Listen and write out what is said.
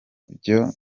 byo